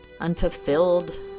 unfulfilled